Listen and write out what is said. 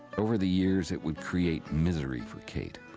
over the years it would create misery for kate.